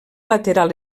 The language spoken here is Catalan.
lateral